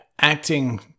acting